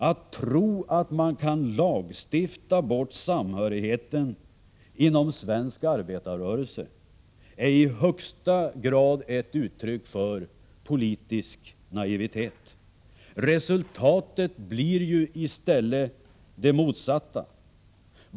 Att tro att man kan lagstifta bort samhörigheten inom svensk arbetarrörelse är i allra högsta grad ett uttryck för politisk naivitet. Resultatet blir i stället det motsatta.